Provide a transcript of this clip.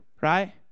right